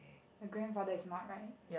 your grandfather is not right